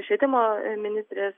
švietimo ministrės